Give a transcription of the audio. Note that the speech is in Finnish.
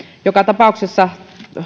joka tapauksessa